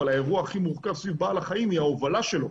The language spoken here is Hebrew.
אבל האירוע הכי מורכב סביב בעל החיים היא ההובלה שלו,